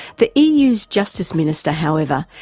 the eu's justice minister, however,